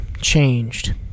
changed